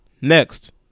Next